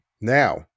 Now